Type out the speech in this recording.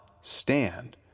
stand